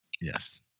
Yes